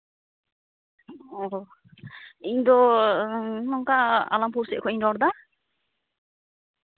ᱚᱸᱻ ᱤᱧ ᱫᱚ ᱱᱚᱝᱠᱟ ᱟᱞᱚᱢᱯᱩᱨ ᱥᱮᱡ ᱠᱷᱚᱡ ᱤᱧ ᱨᱚᱲ ᱮᱫᱟ